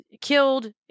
killed